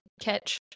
catch